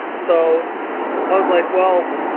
so i was like, well,